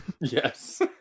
Yes